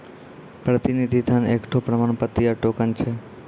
प्रतिनिधि धन एकठो प्रमाण पत्र या टोकन छै